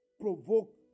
provoke